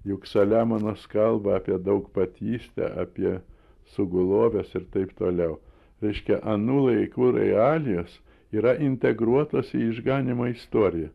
juk saliamonas kalba apie daugpatystę apie suguloves ir taip toliau reiškia anų laikų realijos yra integruotos į išganymo istoriją